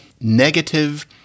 negative